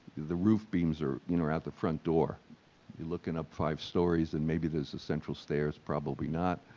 the roof beams are, you know, are out the front door. you're looking up five stories and maybe there's a central stairs, probably not.